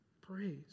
praise